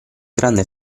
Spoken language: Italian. grande